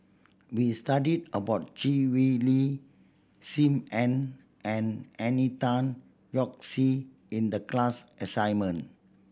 we studied about Chee Swee Lee Sim Ann and Henry Tan Yoke See in the class assignment